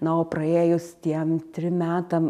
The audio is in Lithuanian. na o praėjus tiem trim metam